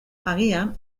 agian